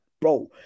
bro